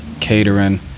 catering